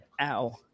Ow